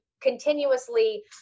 continuously